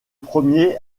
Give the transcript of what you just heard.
premier